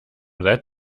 that